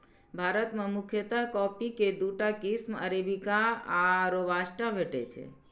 भारत मे मुख्यतः कॉफी के दूटा किस्म अरेबिका आ रोबास्टा भेटै छै